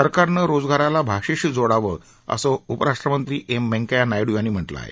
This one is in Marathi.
सरकारनं रोजगाराला भाषेशी जोडावं असं उपराष्ट्रपती एम व्यंकय्या नायडू यांनी म्हटलं आहे